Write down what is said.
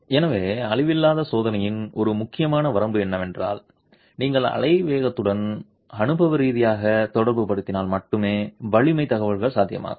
எனவே அழிவில்லாத சோதனையின் ஒரு முக்கியமான வரம்பு என்னவென்றால் நீங்கள் அலை வேகத்துடன் அனுபவ ரீதியாக தொடர்புபடுத்தினால் மட்டுமே வலிமை தகவல் சாத்தியமாகும்